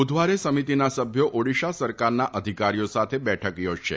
બુધવારે સમિતીના સભ્યો ઓડીશા સરકારના અધિકારીઓ સાથે બેઠક યોજશે